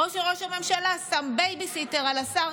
או שראש הממשלה עשה בייביסיטר על השר